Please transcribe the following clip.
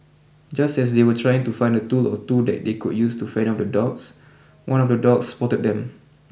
just as they were trying to find a tool or two that they could use to fend off the dogs one of the dogs spotted them